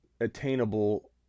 attainable